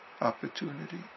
opportunity